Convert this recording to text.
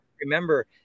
remember